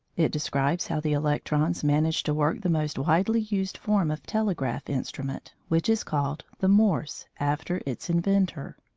it describes how the electrons manage to work the most widely used form of telegraph instrument, which is called the morse, after its inventor.